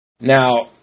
Now